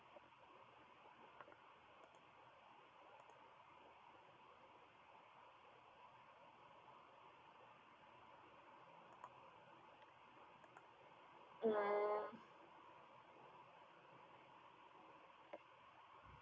hmm